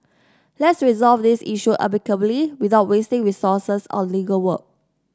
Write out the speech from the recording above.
let's resolve this issue amicably without wasting resources on legal work